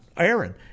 Aaron